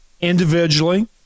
individually